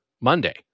Monday